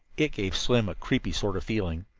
it gave slim a creepy sort of feeling.